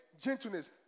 gentleness